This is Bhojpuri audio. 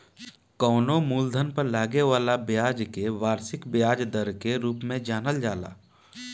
कवनो मूलधन पर लागे वाला ब्याज के वार्षिक ब्याज दर के रूप में जानल जाला